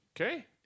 Okay